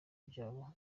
byabo